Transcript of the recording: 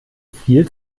viel